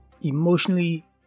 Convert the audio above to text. emotionally